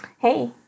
Hey